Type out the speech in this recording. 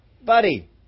Buddy